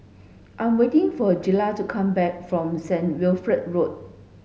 I'm waiting for Jiles to come back from Saint Wilfred Road